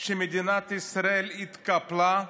מדינת ישראל התקפלה,